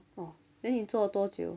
oh then 你做多久